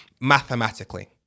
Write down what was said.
Mathematically